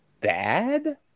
bad